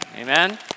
Amen